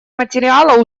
материала